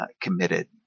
committed